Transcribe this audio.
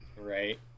Right